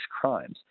crimes